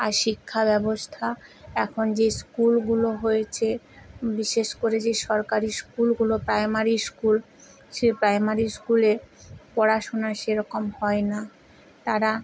আর শিক্ষা ব্যবস্থা এখন যে স্কুলগুলো হয়েছে বিশেষ করে যে সরকারি স্কুলগুলো প্রাইমারী স্কুল সে প্রাইমারী স্কুলে পড়াশুনা সেরকম হয় না তারা